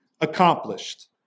accomplished